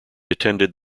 attended